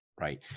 Right